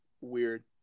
weird